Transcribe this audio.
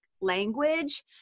language